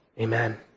amen